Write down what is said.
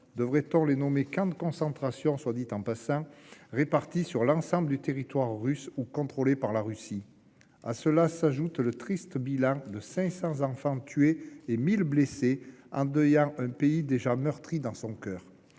devrait-on les nommer camps de concentration ?-, répartis sur l'ensemble du territoire russe ou contrôlés par la Russie. À cela, il faut ajouter un triste bilan : 500 enfants ont été tués et 1 000 blessés, endeuillant un pays déjà meurtri dans son coeur.